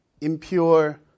impure